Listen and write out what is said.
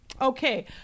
Okay